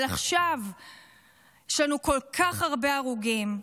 אבל עכשיו יש לנו כל כך הרבה הרוגים,